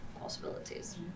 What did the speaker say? possibilities